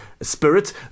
Spirit